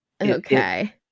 okay